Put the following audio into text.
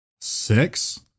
six